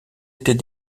était